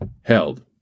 Held